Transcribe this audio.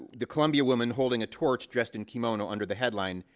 the columbia woman holding a torch, dressed in kimono under the headline,